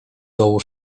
dołu